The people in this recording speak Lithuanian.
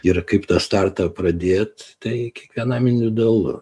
ir kaip tą startą pradėt tai kiekvienam individualu